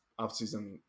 offseason